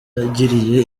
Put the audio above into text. yagiriye